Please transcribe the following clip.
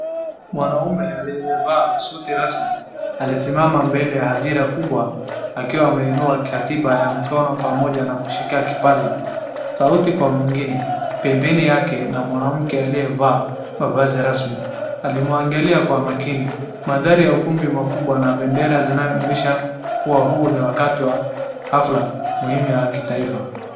Mwanaume aliyevaa suti rasmi, alisimama mbele ya hadhira kubwa, akiwa ameinua katiba ya mkono pamoja na kushika kipazasauti kwa mwingine. Pembeni yake, kuna mwanamke aliyevaa mavazi rasmi. Alimwangalia kwa makini. Mandhari ya ukumbi mkubwa na bendera zinazoonyesha kuwa huu ni wakati wa hustler, maneno ya kitaifa.